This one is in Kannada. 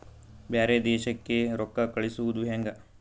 ಬ್ಯಾರೆ ದೇಶಕ್ಕೆ ರೊಕ್ಕ ಕಳಿಸುವುದು ಹ್ಯಾಂಗ?